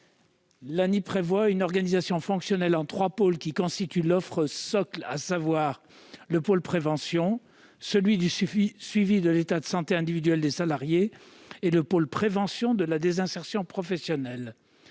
L'ANI prévoit une organisation fonctionnelle en trois pôles qui constituent l'offre socle : le pôle prévention, celui du suivi de l'état de santé individuel des salariés et le pôle prévention de la désinsertion professionnelle.